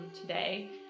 today